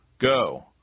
Go